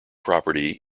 property